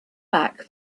back